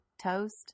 toast